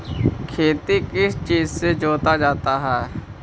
खेती किस चीज से जोता जाता है?